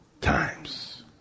times